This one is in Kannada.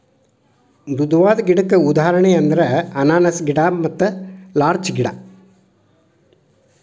ಮೃದುವಾದ ಗಿಡಕ್ಕ ಉದಾಹರಣೆ ಅಂದ್ರ ಅನಾನಸ್ ಗಿಡಾ ಲಾರ್ಚ ಗಿಡಾ